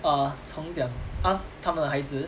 err 重讲 ask 他们的孩子